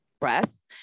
breasts